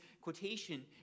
quotation